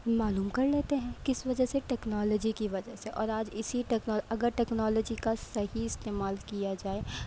معلوم کر لیتے ہیں کس وجہ سے ٹیکنالوجی کی وجہ سے اور آج اسی ٹیکنالوجی اگر ٹیکنالوجی کا صحیح استعمال کیا جائے